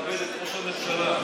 תכבד את ראש הממשלה.